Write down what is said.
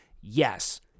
Yes